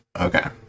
Okay